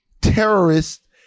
terrorists